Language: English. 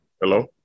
Hello